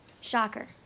Shocker